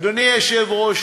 אדוני היושב-ראש,